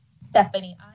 Stephanie